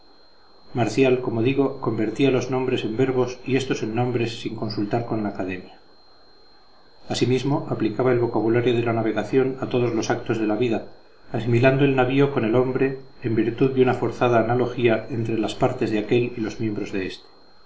marcial como digo convertía los nombres en verbos y éstos en nombres sin consultar con la academia asimismo aplicaba el vocabulario de la navegación a todos los actos de la vida asimilando el navío con el hombre en virtud de una forzada analogía entre las partes de aquél y los miembros de éste